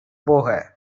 போக